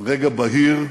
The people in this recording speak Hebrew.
רגע בהיר,